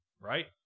Right